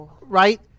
right